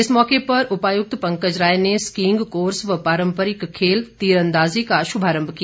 इस मौके पर उपायुक्त पंकज राय ने स्कीईग कोर्स व पारंपरिक खेल तीरंदाजी का शुभारंभ किया